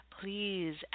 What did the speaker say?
please